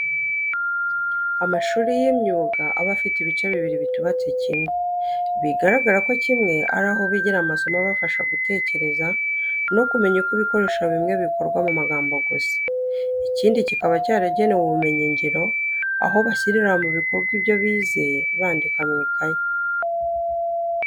Amashuri y'imyuga aba afite ibice bibiri bitubatse kimwe, bigaragara ko kimwe ari aho bigira amasomo afasha gutekereza no kumenya uko ibikoresho bimwe bikorwa mu magambo gusa; ikindi kiba cyaragenewe ubumenyingiro, aho bashyirira mu bikorwa ibyo bize bandika mu ikayi .